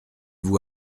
vous